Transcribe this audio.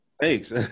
Thanks